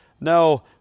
No